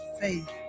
faith